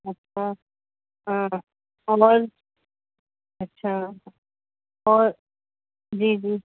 अच्छा हा और अच्छा और जी जी